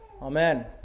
amen